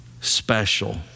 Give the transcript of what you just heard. special